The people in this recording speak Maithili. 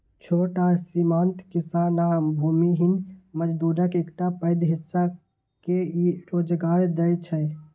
छोट आ सीमांत किसान आ भूमिहीन मजदूरक एकटा पैघ हिस्सा के ई रोजगार दै छै